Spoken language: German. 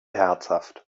herzhaft